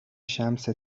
شمس